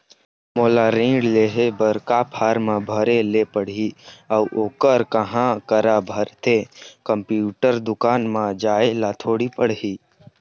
मोला ऋण लेहे बर का फार्म ला भरे ले पड़ही अऊ ओहर कहा करा भराथे, कंप्यूटर दुकान मा जाए ला थोड़ी पड़ही?